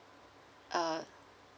uh